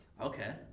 Okay